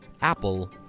Apple